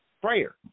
Prayer